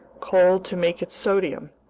coal to make its sodium,